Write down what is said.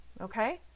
Okay